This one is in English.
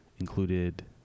included